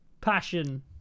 Passion